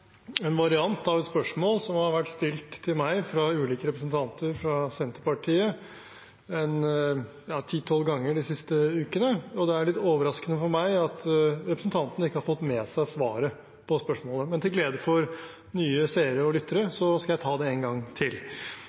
en variant av et spørsmål som har vært stilt til meg fra ulike representanter fra Senterpartiet en ti–tolv ganger de siste ukene. Det er litt overraskende for meg at representanten ikke har fått med seg svaret på spørsmålet, men til glede for nye seere og lyttere skal jeg ta det en gang til: